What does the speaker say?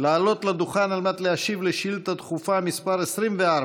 לעלות לדוכן על מנת להשיב על שאילתה דחופה מס' 24,